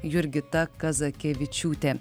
jurgita kazakevičiūtė